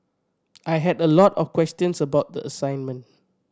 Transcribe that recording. I had a lot of questions about the assignment